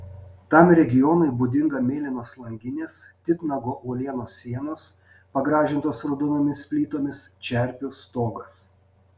tam regionui būdinga mėlynos langinės titnago uolienos sienos pagražintos raudonomis plytomis čerpių stogas